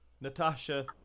Natasha